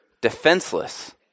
defenseless